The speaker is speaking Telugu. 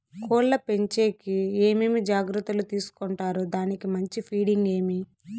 కోళ్ల పెంచేకి ఏమేమి జాగ్రత్తలు తీసుకొంటారు? దానికి మంచి ఫీడింగ్ ఏమి?